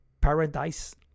paradise